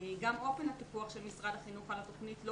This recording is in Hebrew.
גם אופן הפיקוח של משרד החינוך על התוכנית לא